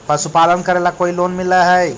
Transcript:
पशुपालन करेला कोई लोन मिल हइ?